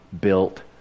built